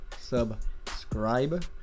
subscribe